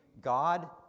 God